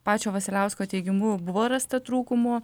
pačio vasiliausko teigimu buvo rasta trūkumų